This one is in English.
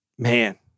Man